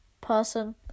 person